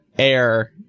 air